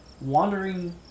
wandering